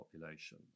population